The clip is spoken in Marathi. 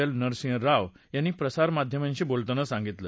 एल नरसिंह राव यांनी प्रसारमाध्यमांशी बोलताना सांगितलं